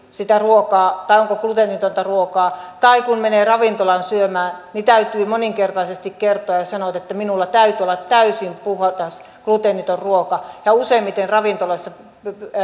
sitä onko gluteenitonta ruokaa tai kun menee ravintolaan syömään niin täytyy moninkertaisesti kertoa ja sanoa että minulla täytyy olla täysin puhdas gluteeniton ruoka useimmiten ravintoloissa